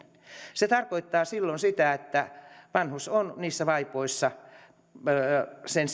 se tarkoittaa silloin sitä että vanhus on niissä kolmessa vaipassa aina sen